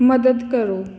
ਮਦਦ ਕਰੋ